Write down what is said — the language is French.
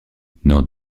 dans